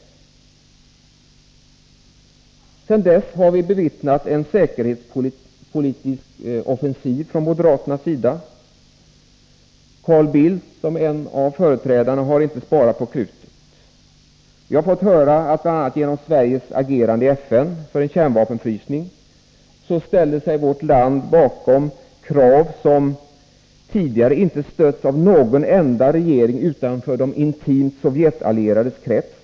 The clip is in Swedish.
Vi har sedan dess bevittnat en säkerhetspolitisk offensiv från moderaternas sida. Carl Bildt, som är en av företrädarna, har inte sparat på krutet. Vi har fått höra att bl.a. genom Sveriges agerande i FN för en kärnvapenfrysning har vårt land ställt sig bakom krav som tidigare ”inte har stötts av någon enda regering utanför de intimt Sovjetallierades krets”.